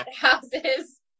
houses